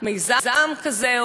ולא יהיה להן הפתק הזה,